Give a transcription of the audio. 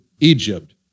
Egypt